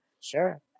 Sure